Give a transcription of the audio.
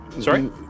Sorry